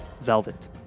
velvet